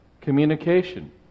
communication